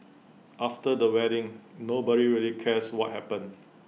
after the wedding nobody really cares what happened